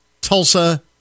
Tulsa